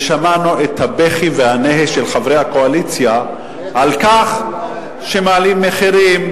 ושמענו את הבכי והנהי של חברי הקואליציה על כך שמעלים מחירים,